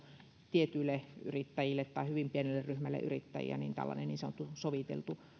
tietyille yrittäjille tai hyvin pienelle ryhmälle yrittäjiä tällainen niin sanottu soviteltu